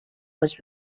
was